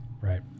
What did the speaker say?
right